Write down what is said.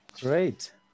Great